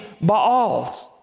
Baals